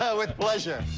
ah with pleasure.